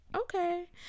okay